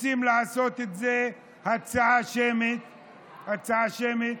רוצים לעשות אותה הצעה בהצבעה שמית.